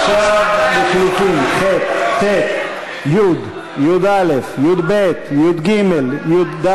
עכשיו לחלופין ח', ט', י', י"א, י"ב, י"ג, י"ד,